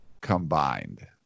combined